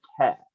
care